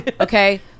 Okay